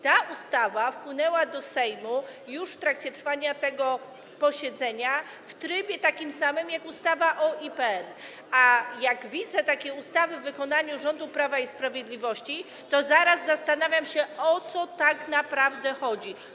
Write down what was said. Ta ustawa wpłynęła do Sejmu już w trakcie trwania tego posiedzenia w takim samym trybie jak ustawa o IPN, a jak widzę takie ustawy w wykonaniu rządu Prawa i Sprawiedliwości, to zaraz się zastanawiam, o co tak naprawdę chodzi.